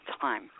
time